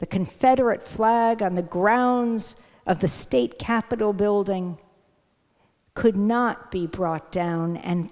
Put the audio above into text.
the confederate flag on the grounds of the state capitol building could not be brought down and